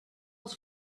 was